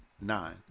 nine